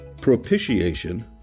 propitiation